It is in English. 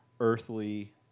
earthly